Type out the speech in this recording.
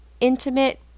intimate